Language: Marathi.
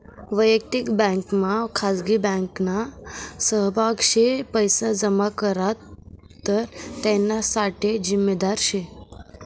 वयक्तिक बँकमा खाजगी बँकना सहभाग शे पैसा जमा करात तर त्याना साठे जिम्मेदार शे